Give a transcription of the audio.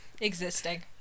Existing